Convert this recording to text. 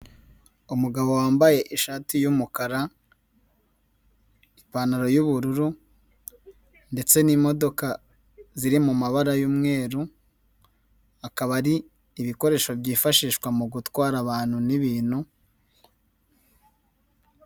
Umugabo wambaye ishati y'umukara, ipantaro y'ubururu ndetse n'imodoka ziri mu mabara yu'mweru, akaba ari ibikoresho byifashishwa mu gutwara abantu n'ibintu.